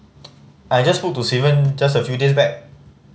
I just spoke to Steven just a few days back